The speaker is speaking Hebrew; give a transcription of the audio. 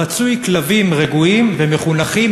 רצוי כלבים רגועים ומחונכים,